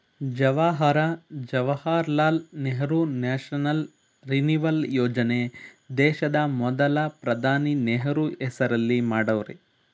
Jawahar Jawaharlal Nehru national renewal ಯೋಜನೆ ದೇಶದ ಮೊದಲ ಪ್ರಧಾನಿ ನೆಹರು ಹೆಸರಲ್ಲಿ ಮಾಡವ್ರೆ